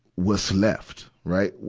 what's left, right?